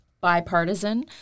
Bipartisan